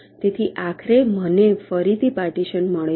તેથી આખરે મને ફરીથી પાર્ટીશન મળે છે